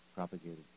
propagated